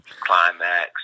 Climax